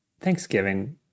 Thanksgiving